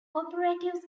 operatives